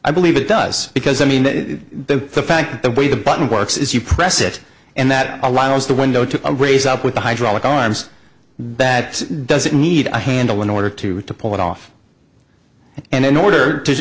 i believe it does because i mean the fact that the way the button works is you press it and that allows the window to raise up with the hydraulic arms that doesn't need a handle in order to pull it off and in order to